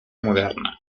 moderna